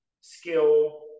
skill